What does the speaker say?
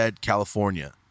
California